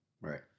Right